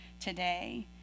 today